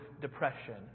depression